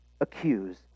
accuse